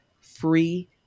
free